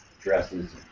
Dresses